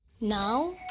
now